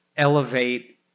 elevate